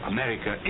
America